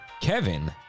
Kevin